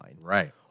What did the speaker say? Right